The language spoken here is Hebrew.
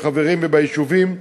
בחברים וביישובים,